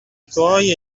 tuoi